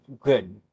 good